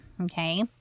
okay